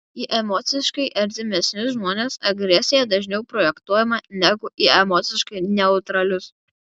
į emociškai artimesnius žmones agresija dažniau projektuojama negu į emociškai neutralius